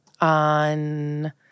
On